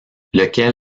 lequel